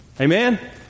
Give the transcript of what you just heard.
Amen